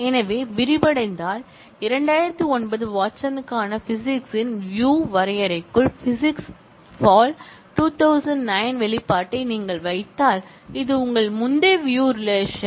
எனவே விரிவடைந்தால் 2009 வாட்சனுக்கான பிசிக்ஸ் ன் வியூ வரையறைக்குள் பிசிக்ஸ் பால் 2009 வெளிப்பாட்டை நீங்கள் வைத்தால் இது உங்கள் முந்தைய வியூ ரிலேஷன்